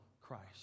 Christ